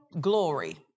glory